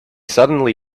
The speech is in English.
suddenly